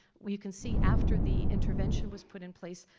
well you can see, after the intervention was put in place,